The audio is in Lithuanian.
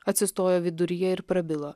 atsistojo viduryje ir prabilo